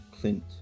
Clint